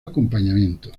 acompañamiento